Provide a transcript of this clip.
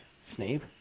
Snape